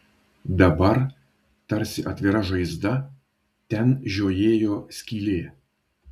dabar tarsi atvira žaizda ten žiojėjo skylė